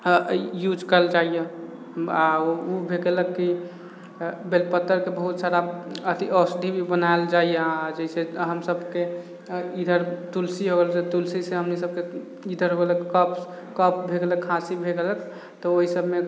use कएल जाइया आ ओ भे गेल की बेलपत्तर के बहुत सारा अथि औषधि भी बनायल जइया जैसे हमसबके ईधर तुलसी हो गेल तुलसी से हमनीसबके ईधर भए गेल कफ कफ भए गेल खाँसी भए गेल तऽ ओहिसबमे